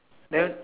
then